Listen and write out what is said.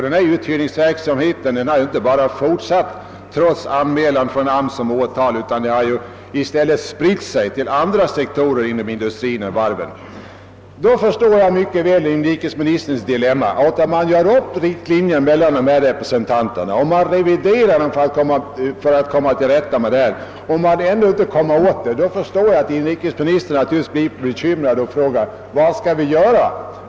Den uthyrningsverksamheten har inte bara fortsatt, trots åtalsanmä an från AMS, utan också spritt sig till andra sektorer inom industrin än varven. Då förstår jag mycket väl att inrikesministern råkar i ett dilemma. Om man drar upp riktlinjer mellan representanterna, om man reviderar dessa riktlinjer för att komma till rätta med verksamheten och ändå inte kommer åt den förstår jag att inrikesministern blir bekymrad och frågar: Vad skall vi göra?